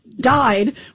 died